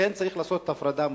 לכן צריך לעשות הפרדה מוחלטת.